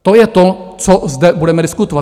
To je to, co zde budeme diskutovat.